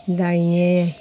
दाहिने